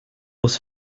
was